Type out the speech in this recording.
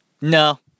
No